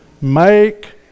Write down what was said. Make